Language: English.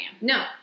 No